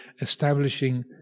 establishing